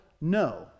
No